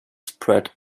spread